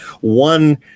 One